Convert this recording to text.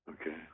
Okay